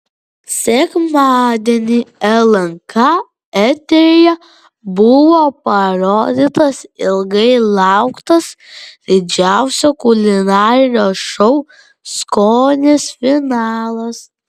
sekmadienį lnk eteryje buvo parodytas ilgai lauktas didžiausio kulinarinio šou skonis finalas